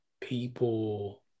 people